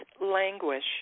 languish